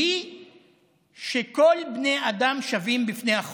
והוא שכל בני האדם שווים בפני החוק,